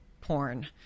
porn